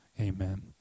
amen